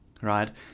right